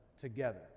together